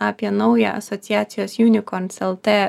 apie naują asociacijos unicorns lt